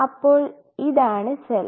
അപ്പോൾ ഇതാണ് സെൽ